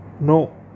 No